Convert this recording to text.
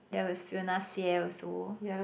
there was Fiona-Xie also